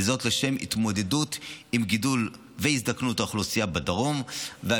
וזאת לשם התמודדות עם גידול והזדקנות האוכלוסייה בדרום ועל